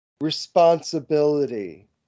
Responsibility